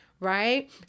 right